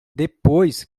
depois